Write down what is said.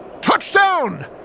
touchdown